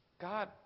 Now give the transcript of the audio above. God